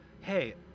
Hey